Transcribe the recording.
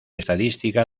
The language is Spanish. estadística